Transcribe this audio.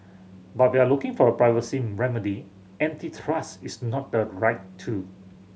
but we are looking for a privacy remedy antitrust is not the right tool